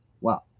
wow